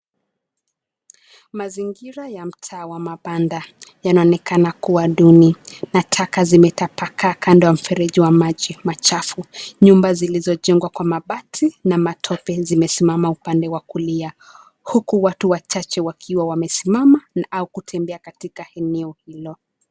Mazingira ya mtaa wa mabanda, yanaonekana kuwa duni na taka zimetapakaa kando ya mfereji wa maji machafu. Nyumba zilizojengwa kwa mabati na matope zimesimama upande wa kulia. Huku watu wachache wakiwa wamesimama au kutembea katika eneo hilo.